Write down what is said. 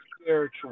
spiritual